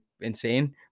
insane